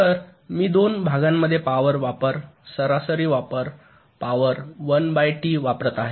तर मी दोन भागांमध्ये पॉवर वापर सरासरी पॉवर 1 बाय टी वापरत आहे